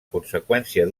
conseqüència